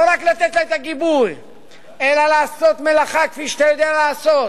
לא רק לתת לה את הגיבוי אלא לעשות מלאכה כפי שאתה יודע לעשות,